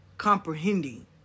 Comprehending